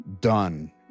done